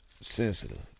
sensitive